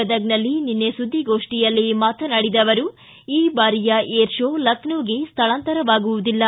ಗದಗ್ನಲ್ಲಿ ನಿನ್ನೆ ಸುದ್ದಿಗೋಷ್ಟಿಯಲ್ಲಿ ಮಾತನಾಡಿದ ಅವರು ಈ ಬಾರಿಯ ಏರ್ ಶೋ ಲಖ್ಯೋಗೆ ಸ್ವಳಾಂತರವಾಗುವುದಿಲ್ಲ